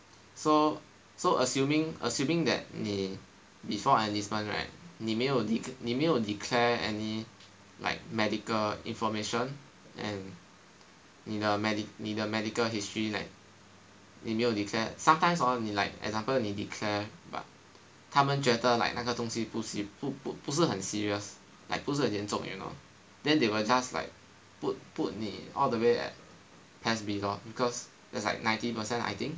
so so assuming assuming that 你 before enlistment right 你没有 de~ 你没有 declare any like medical information and 你的 medic~ 你的 medical history like 你没 declare sometimes hor 你 like example 你 declare but 他们觉得 like 那个东西不喜不不不是很 serious like 不是很严重 you know then they will just like put put 你 all the way at PES B lor because that's like ninety percent I think